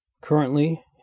Currently